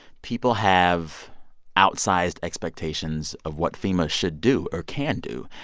people have outsized expectations of what fema should do or can do.